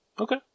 Okay